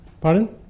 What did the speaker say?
Pardon